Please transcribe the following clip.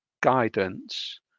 guidance